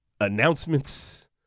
announcements